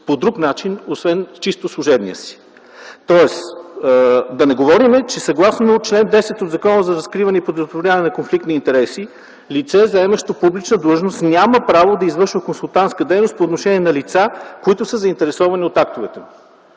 по друг начин, освен чисто служебния си. Да не говорим, че съгласно чл. 10 от Закона за предотвратяване и разкриване на конфликт на интереси лице, заемащо публична длъжност, няма право да извършва консултантска дейност по отношение на лица, които са заинтересовани от актовете му.